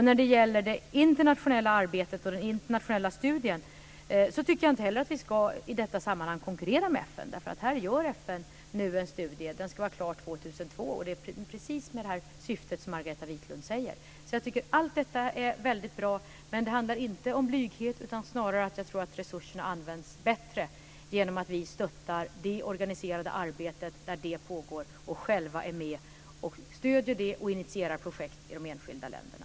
När det gäller det internationella arbetet och den internationella studien så tycker jag inte heller att vi i detta sammanhang ska konkurrera med FN, därför att FN nu gör en studie som ska vara klar 2002 med precis det syfte som Margareta Viklund för fram. Jag tycker alltså att allt detta är väldigt bra. Men det handlar inte om blyghet, utan jag tror snarare att resurserna används bättre genom att vi stöttar det organiserade arbetet där det pågår och själva är med och stöder det och initierar projekt i de enskilda länderna.